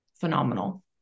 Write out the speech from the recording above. phenomenal